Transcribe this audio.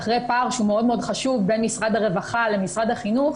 העובדה שאין מעבר מידע בין הרווחה למערכת החינוך